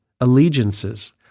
allegiances